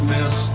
Miss